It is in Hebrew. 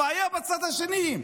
הבעיה היא בצד השני,